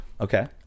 Okay